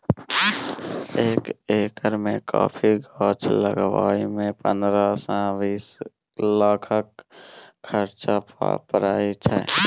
एक एकर मे कॉफी गाछ लगाबय मे पंद्रह सँ बीस लाखक खरचा परय छै